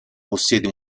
possiede